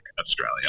Australia